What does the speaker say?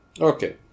Okay